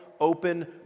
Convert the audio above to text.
open